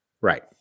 Right